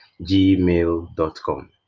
gmail.com